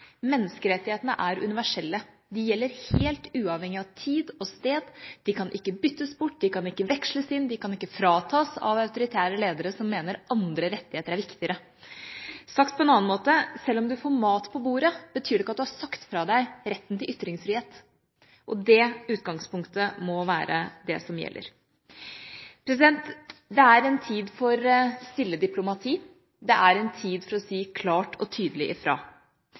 Menneskerettighetene er universelle. De gjelder helt uavhengig av tid og sted, de kan ikke byttes bort, de kan ikke veksles inn, og de kan ikke fratas av autoritære ledere som mener at andre rettigheter er viktigere. Sagt på en annen måte: Sjøl om du får mat på bordet, betyr det ikke at du har sagt fra deg retten til ytringsfrihet. Det utgangspunktet må være det som gjelder. Det er en tid for stille diplomati. Det er en tid for å si klart og tydelig ifra.